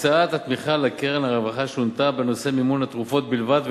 הקצאת התמיכה לקרן הרווחה שונתה בנושא מימון התרופות בלבד,